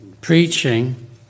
preaching